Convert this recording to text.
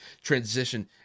transition